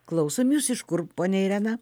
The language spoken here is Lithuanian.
klausom jūs iš kur ponia irena